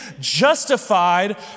justified